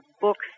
books